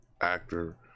actor